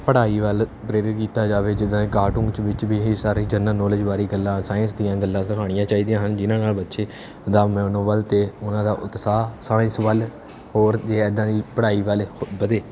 ਪੜ੍ਹਾਈ ਵੱਲ ਪ੍ਰੇਰਿਤ ਕੀਤਾ ਜਾਵੇ ਜਿੱਦਾਂ ਕਾਰਟੂਨ 'ਚ ਵਿੱਚ ਵੀ ਇਹੀ ਸਾਰੀ ਜਨਰਲ ਨੌਲੇਜ ਬਾਰੇ ਗੱਲਾਂ ਸਾਇੰਸ ਦੀਆਂ ਗੱਲਾਂ ਸਿਖਾਉਣੀਆਂ ਚਾਹੀਦੀਆਂ ਹਨ ਜਿਹਨਾਂ ਨਾਲ ਬੱਚੇ ਦਾ ਮਨੋਬਲ ਅਤੇ ਉਹਨਾਂ ਦਾ ਉਤਸਾਹ ਸਾਇੰਸ ਵੱਲ ਹੋਰ ਜੇ ਇੱਦਾਂ ਦੀ ਪੜ੍ਹਾਈ ਵੱਲ ਵ ਵਧੇ